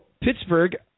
Pittsburgh